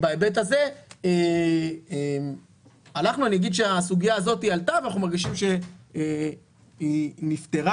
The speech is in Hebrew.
בהיבט הזה אני אגיד שהסוגיה הזאת עלתה ואנחנו מרגישים שהיא נפתרה.